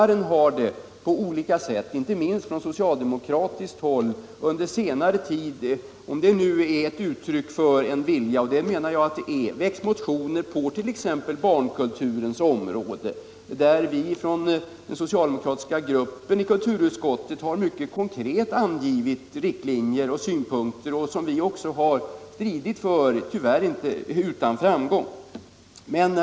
Det har här i kammaren inte minst från socialdemokratiskt håll under senare tid väckts motioner på t.ex. barnkulturens område, och den socialdemokratiska gruppen i kulturutskottet har då mycket konkret angivit och inte utan framgång drivit riktlinjer och synpunkter.